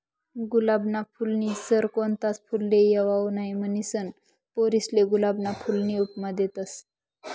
गुलाबना फूलनी सर कोणताच फुलले येवाऊ नहीं, म्हनीसन पोरीसले गुलाबना फूलनी उपमा देतस